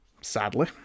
Sadly